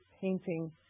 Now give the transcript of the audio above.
painting